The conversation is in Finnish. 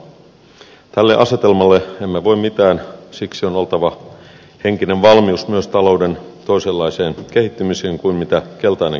tälle asetelmalle emme voi mitään siksi on oltava henkinen valmius myös toisenlaiseen talouden kehittymiseen kuin mitä keltainen kirja ennustaa